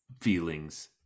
feelings